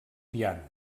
piano